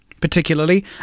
particularly